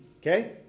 Okay